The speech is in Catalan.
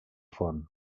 font